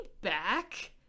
back